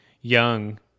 young